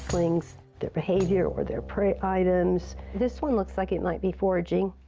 nestlings, their behavior or their prey items. this one looks like it might be foraging.